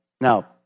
Now